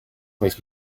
makes